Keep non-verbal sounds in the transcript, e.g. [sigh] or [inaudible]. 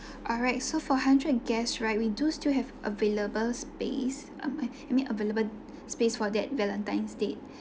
[breath] alright so for hundred and guests right we do still have available space uh I I mean available space for that valentine's date